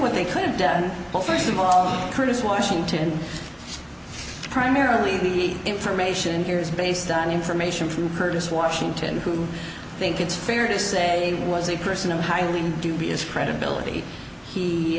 what they could've done but first of all curtis washington primarily the information here is based on information through curtis washington who think it's fair to say it was a person of highly dubious credibility he